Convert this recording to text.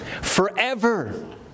Forever